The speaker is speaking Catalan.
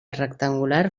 rectangular